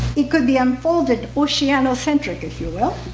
it could be unfolded oceanocentric, if you will.